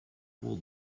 will